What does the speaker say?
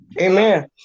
Amen